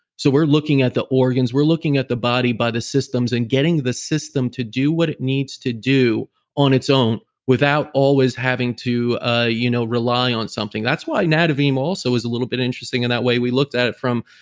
so we're looking at the organs, we're looking at the body by the systems and getting the system to do what it needs to do on it's own, without always having to ah you know rely on something. that's why nadovim also is a little bit interesting in that way, we looked at it from,